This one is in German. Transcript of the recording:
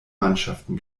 mannschaften